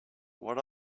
what